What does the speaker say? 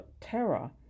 Terror